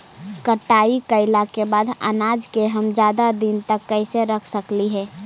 कटाई कैला के बाद अनाज के हम ज्यादा दिन तक कैसे रख सकली हे?